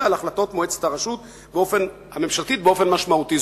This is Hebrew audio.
על החלטות מועצת הרשות הממשלתית באופן משמעותי.